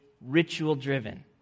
ritual-driven